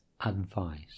advice